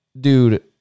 Dude